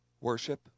Worship